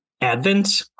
Advent